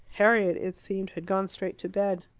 harriet, it seemed, had gone straight to bed.